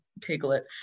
piglet